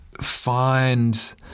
find